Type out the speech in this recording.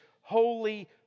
holy